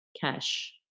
cash